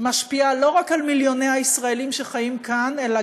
משפיעה לא רק על מיליוני הישראלים שחיים כאן אלא